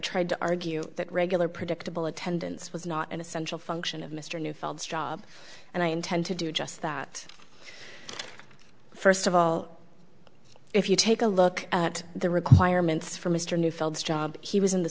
tried to argue that regular predictable attendance was not an essential function of mr neufeld job and i intend to do just that first of all if you take a look at the requirements for mr neufeld job he was in the